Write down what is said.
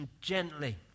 gently